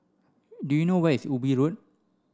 do you know where is Ubi Road